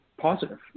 positive